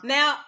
Now